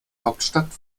hauptstadt